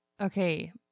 Okay